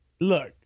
look